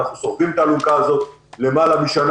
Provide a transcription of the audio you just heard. אנחנו סוחבים את האלונקה הזאת למעלה משנה